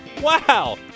Wow